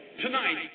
tonight